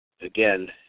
again